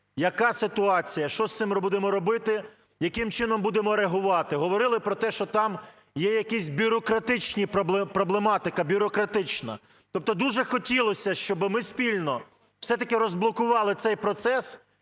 яка ситуація, що з цим будемо робити, яким чином будемо реагувати? Говорили про те, що там є якісь бюрократичні… проблематика бюрократична. Тобто дуже хотілося б, щоб ми спільно все-таки розблокували цей процес